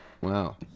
Wow